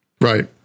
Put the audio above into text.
Right